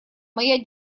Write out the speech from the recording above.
моя